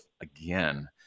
again